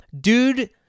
Dude